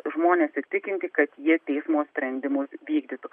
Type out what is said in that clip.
žmones įtikinti kad jie teismo sprendimus vykdytų